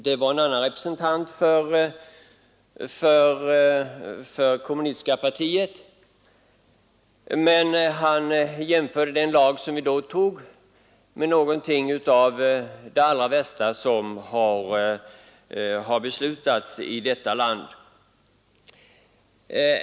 Det var en annan representant för kommunistiska partiet som gjorde det och som betecknade den lag vi då antog som något av det allra värsta som hade beslutats här i riksdagen.